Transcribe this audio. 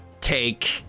take